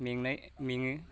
मेंनाय मेङो